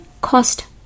cost